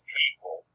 people